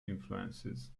influences